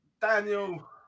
Daniel